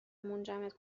منجمد